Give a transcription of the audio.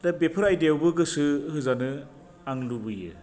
दा बेफोर आयदायावबो गोसो होजानो आं लुबैयो